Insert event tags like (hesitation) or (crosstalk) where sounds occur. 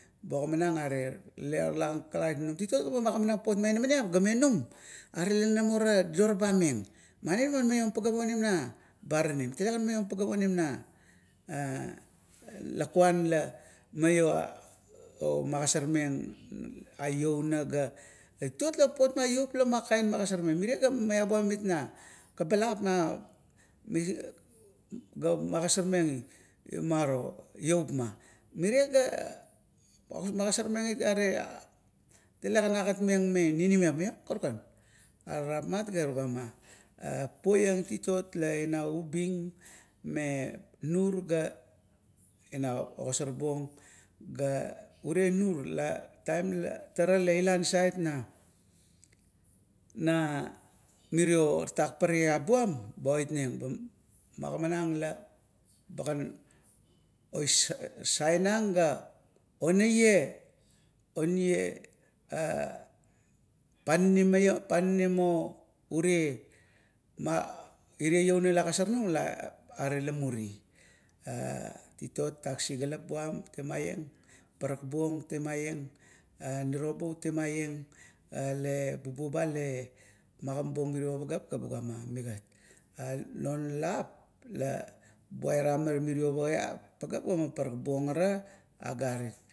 Ba ogimanang are, talaga kakalit nung. ba mait neng papot ma inamaniap la menu are lanamor dodorabam meng, mani laman maiom pageap onim na baranim. Tale gan maiom pageap onim na, na lukuan la mialo omagosormeng a louna ga, titot la papot ma ioup la magosormeng, mirea ga maibuam iet na kabalap (hesitation) ga magosarmeng maro ioupma. Mirea ga magosormeng it gare talegan agatmeng me ninimiap maiong kakukan. Are rapmat ga tuguma, poiang titot la ina ubing me nur ga ina ogosorbuong, ga ure nur la taim la tara la ila nsait na miro tatak parakiap buam, ba oitmmang, ba magimanang la bagan osainang ga onaie onaie, pananim maiong pananim o urie iouna la agosornung la muri. (hesitation) titot tatak sisigalap buam, temaieng la parakbuong, temaieng irobu temaieng ale buboba le, magimabuo mirie pagaep ga buga migat. E lon lap la buaira ara mirio poiap pageap gaman parakbuong ara agarit.